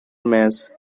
mass